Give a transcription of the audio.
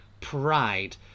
Pride